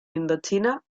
indochina